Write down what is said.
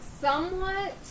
Somewhat